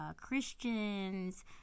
christians